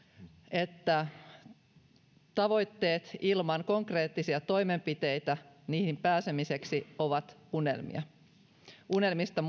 että tavoitteet ilman konkreettisia toimenpiteitä niihin pääsemiseksi ovat unelmia unelmista